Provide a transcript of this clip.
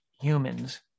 humans